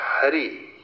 hurry